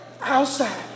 outside